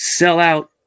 sellout